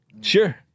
Sure